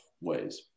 ways